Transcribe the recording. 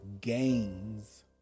gains